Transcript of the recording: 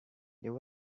there